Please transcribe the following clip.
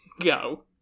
go